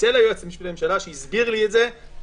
אצל היועץ המשפטי לממשלה שהסביר לי את זה פעם,